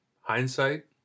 hindsight